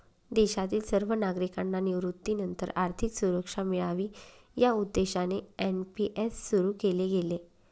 देशातील सर्व नागरिकांना निवृत्तीनंतर आर्थिक सुरक्षा मिळावी या उद्देशाने एन.पी.एस सुरु केले गेले